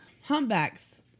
humpbacks